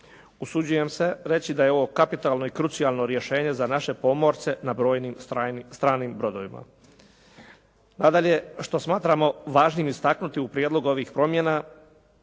Usuđujem se reći da je ovo kapitalno i krucijalno rješenje za naše pomorce na brojnim stranim brodovima. Nadalje, što smatramo važnim istaknuti u prijedlogu ovih promjena